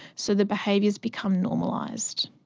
so the behaviours become normalised.